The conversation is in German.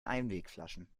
einwegflaschen